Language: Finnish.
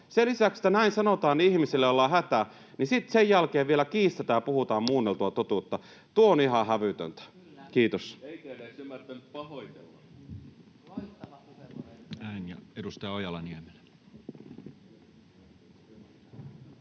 Sen lisäksi, että näin sanotaan ihmisille, joilla on hätä, sen jälkeen vielä kiistetään ja puhutaan muunneltua totuutta. Tuo on ihan hävytöntä. — Kiitos.